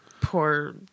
poor